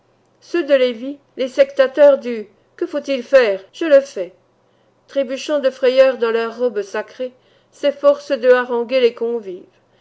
ceux de lévi les sectateurs du que faut-il faire je le fais trébuchant de frayeur dans leurs robes sacrées s'efforcent de haranguer les convives